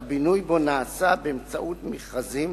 שהבינוי בו נעשה באמצעות מכרזים